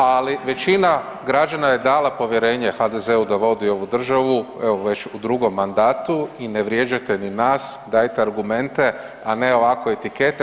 Ali većina građana je dala povjerenje HDZ-u da vodi ovu državu, evo već u drugom mandatu i ne vrijeđate ni nas, dajte argumente a ne ovako etikete.